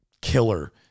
killer